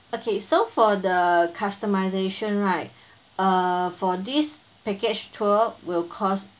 okay so for the customisation right uh for this package tour will cost